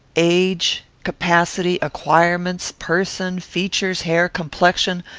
age, capacity, acquirements, person, features, hair, complexion,